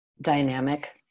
dynamic